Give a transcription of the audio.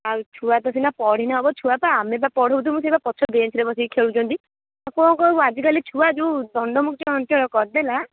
ଆଉ ଛୁଆ ତ ସିନା ପଢ଼ିଲେ ହେବ ଛୁଆ ତ ଆମେ ତ ପଢ଼ାଉଥିବୁ ସେ ପରା ପଛ ବେଞ୍ଚ୍ରେ ବସିକି ଖେଳୁଛନ୍ତି ଆଉ କ'ଣ କହିବୁ ଆଜି କାଲି ଛୁଆ ଯେଉଁ ଦଣ୍ଡମୁକ୍ତ ଅଞ୍ଚଳ କରିଦେଲା